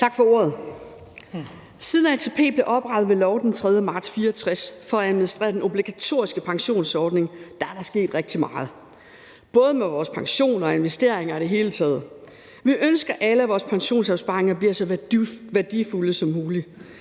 Tak for ordet. Siden ATP blev oprettet ved lov den 3. marts 1964 for at administrere den obligatoriske pensionsordning, er der sket rigtig meget både med vores pension og med investeringer i det hele taget. Vi ønsker alle, at vores pensionsopsparinger bliver så værdifulde som muligt,